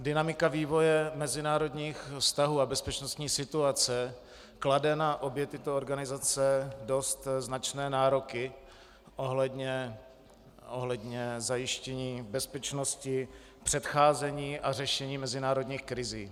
Dynamika vývoje mezinárodních vztahů a bezpečnostní situace klade na obě tyto organizace dost značné nároky ohledně zajištění bezpečnosti, předcházení a řešení mezinárodních krizí.